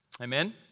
Amen